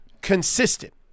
consistent